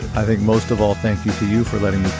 i think most of all thank you for letting